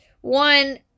one